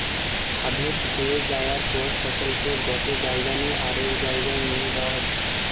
harvest হয়ে যায়ার পর ফসলকে গটে জাগা নু আরেক জায়গায় নিয়ে যাওয়া হতিছে